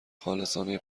خالصانه